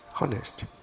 honest